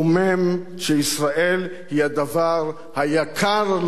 שישראל היא הדבר היקר לו מכול.